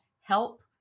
help